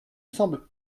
semble